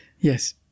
Yes